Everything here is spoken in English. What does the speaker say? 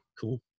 cool